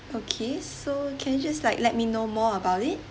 okay so can you just like let me know more about it